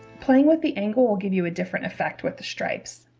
playing with the angle will give you a different effect with the stripes